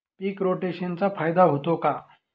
पीक रोटेशनचा फायदा होतो का?